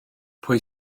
pwy